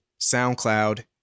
SoundCloud